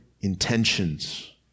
intentions